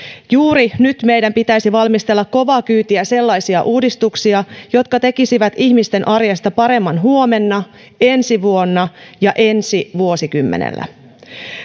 juuri nyt meidän pitäisi valmistella kovaa kyytiä sellaisia uudistuksia jotka tekisivät ihmisten arjesta paremman huomenna ensi vuonna ja ensi vuosikymmenellä